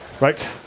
right